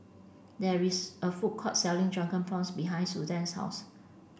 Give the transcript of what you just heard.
there is a food court selling drunken prawns behind Susanne's house